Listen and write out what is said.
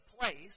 place